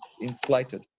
inflated